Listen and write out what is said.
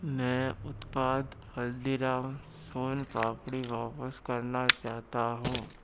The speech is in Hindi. मैं उत्पाद हल्दीराम सोन पापड़ी वापस करना चाहता हूँ